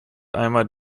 einmal